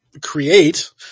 create